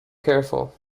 careful